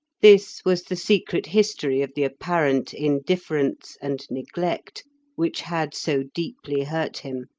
this was the secret history of the apparent indifference and neglect which had so deeply hurt him.